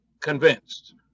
convinced